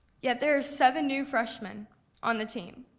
yet there are seven new freshman on the team.